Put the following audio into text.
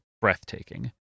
breathtaking